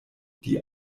die